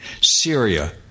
Syria